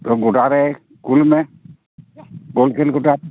ᱛᱚ ᱜᱚᱰᱟ ᱨᱮ ᱠᱩᱞ ᱢᱮ ᱵᱚᱞ ᱠᱷᱮᱞ ᱜᱚᱰᱟ ᱨᱮ